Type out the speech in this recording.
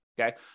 Okay